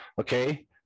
okay